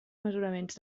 mesuraments